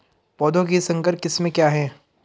पौधों की संकर किस्में क्या हैं?